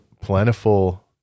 plentiful